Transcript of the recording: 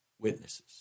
witnesses